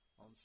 On